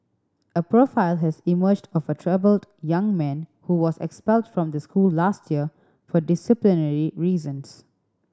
a profile has emerged of a troubled young man who was expelled from the school last year for disciplinary reasons